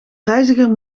reiziger